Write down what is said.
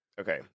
Okay